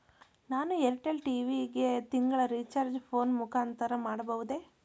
ನಾನು Airtel TV ಗೆ ತಿಂಗಳ ರಿಚಾರ್ಜ್ ಫೋನ್ ಮುಖಾಂತರ ಮಾಡಬಹುದೇ?